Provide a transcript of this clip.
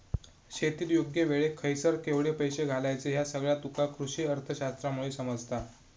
शेतीत योग्य वेळेक खयसर केवढे पैशे घालायचे ह्या सगळा तुका कृषीअर्थशास्त्रामुळे समजता